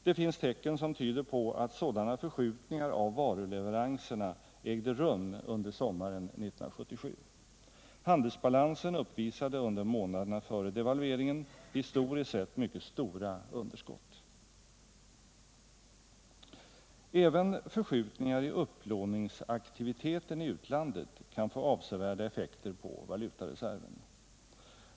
Det finns tecken som tyder på att sådana förskjutningar av varuleveranserna ägde rum under sommaren 1977. Handelsbalansen uppvisade under månaderna före devalveringen historiskt sett mycket stora underskott. Även förskjutningar i upplåningsaktiviteten i utlandet kan få avsevärda effekter på valutareserven.